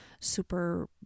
super